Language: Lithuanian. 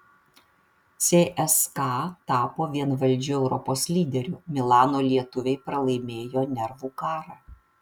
cska tapo vienvaldžiu eurolygos lyderiu milano lietuviai pralaimėjo nervų karą